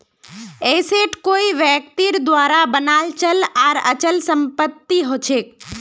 asset कोई व्यक्तिर द्वारा बनाल चल आर अचल संपत्ति हछेक